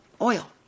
oil